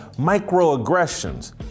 microaggressions